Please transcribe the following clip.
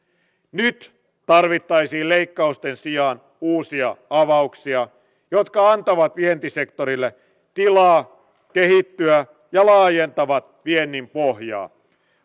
nyt tarvittaisiin leikkausten sijaan uusia avauksia jotka antavat vientisektorille tilaa kehittyä ja laajentavat viennin pohjaa